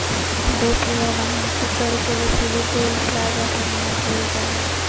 दो पहिया वाहन से कर के वसूली टोल प्लाजा पर नय कईल जा हइ